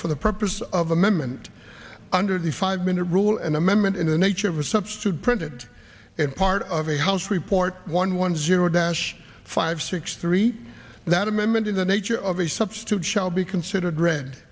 for the purpose of amendment under the five minute rule an amendment in the nature of a substitute printed in part of a house report one one zero dash five six three that amendment in the nature of a substitute shall be considered re